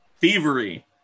thievery